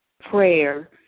prayer